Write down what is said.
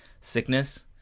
sickness